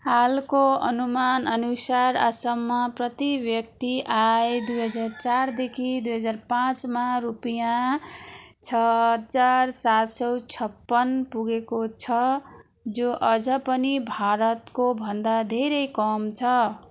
हालको अनुमान अनुसार आसाममा प्रतिव्यक्ति आय दुई हजार चारदेखि दुई हजार पाँचमा रुपियाँ छ हजार सात सौ छप्पन पुगेको छ जो अझ पनि भारतको भन्दा धेरै कम छ